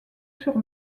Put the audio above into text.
sur